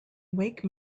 wake